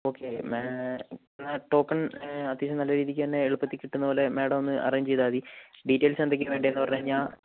okay madam token അത്യാവശ്യം നല്ല രീതിക്ക് തന്നെ എളുപ്പത്തിൽ കിട്ടുന്നത് പോലെ മേഡം ഒന്ന് അറേഞ്ച് ചെയ്താൽ മതി ഡീറ്റയിൽസ് എന്തൊക്കെയാണ് വേണ്ടതെന്ന് പറഞ്ഞുകഴിഞ്ഞാൽ